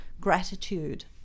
gratitude